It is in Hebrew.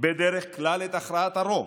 בדרך כלל את הכרעת הרוב,